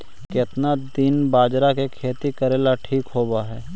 केतना दिन बाजरा के खेती करेला ठिक होवहइ?